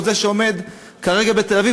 או זה שעומד כרגע בתל-אביב,